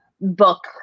book